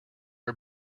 are